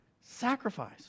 Sacrifice